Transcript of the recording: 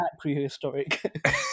prehistoric